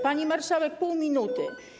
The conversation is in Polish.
Pani marszałek, pół minuty.